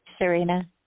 Serena